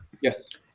Yes